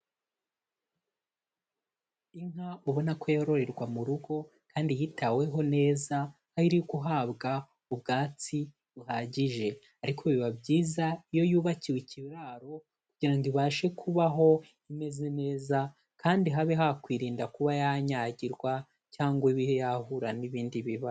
Inka ubona ko yororerwa mu rugo kandi yitaweho neza aho iri guhabwa ubwatsi buhagije ariko biba byiza iyo yubakiwe ikiraro kugira ibashe kubaho imeze neza kandi habe hakwirinda kuba yanyagirwa cyangwa ibihe yahura n'ibindi bibazo.